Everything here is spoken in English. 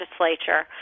legislature